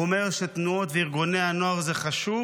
הוא אומר שהתנועות וארגוני הנוער זה חשוב,